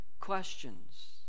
questions